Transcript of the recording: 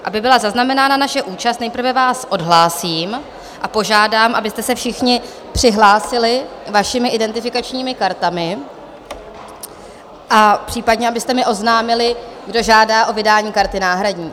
Aby byla zaznamenána naše účast, nejprve vás odhlásím a požádám, abyste se všichni přihlásili vašimi identifikačními kartami a případně, abyste mi oznámili, kdo žádá o vydání karty náhradní.